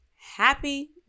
Happy